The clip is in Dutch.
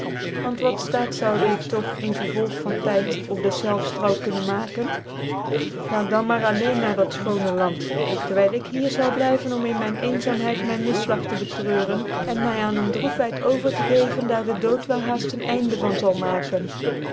want wat ftaat zoude ik doch in vervolg van tyd op dcffelfs trouw kunnen maken gaat dan maar alleen na dat fchoone land terwijl ik hier zat blijven om in myn eenzaamheid myn misflag tc betreuren en my aan een droef heit over te geven daar dc dood wel haaft een einde van maken